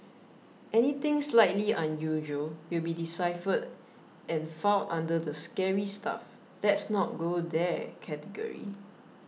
anything slightly unusual will be deciphered and filed under the scary stuff let's not go there category